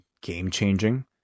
game-changing